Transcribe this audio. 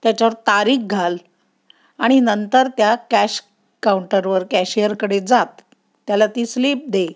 त्याच्यावर तारीख घाल आणि नंतर त्या कॅश काउंटरवर कॅशियरकडे जात त्याला ती स्लीप दे